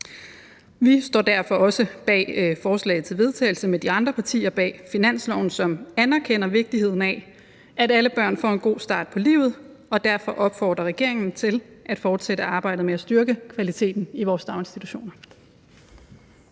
Vi står derfor også bag forslaget til vedtagelse sammen med de andre partier bag finansloven, som anerkender vigtigheden af, at alle børn får en god start på livet, og vi opfordrer derfor regeringen til at fortsætte arbejdet med at styrke kvaliteten i vores daginstitutioner.